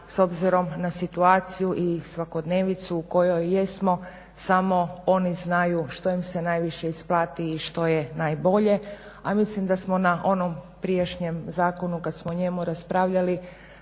s obzirom na situaciju i svakodnevicu u kojoj jesmo samo oni znaju što im se najviše isplati i što je najbolje, a mislim da smo na onom prijašnjem zakonu kad smo o njemu raspravljali